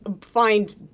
find